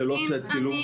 זה לא כי השיעור מצולם,